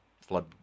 flood